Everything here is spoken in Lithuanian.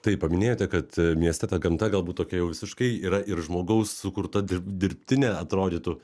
taip paminėjote kad mieste ta gamta galbūt tokia jau visiškai yra ir žmogaus sukurta dirbtinė atrodytų